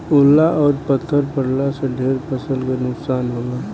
ओला अउर पत्थर पड़लो से ढेर फसल के नुकसान होला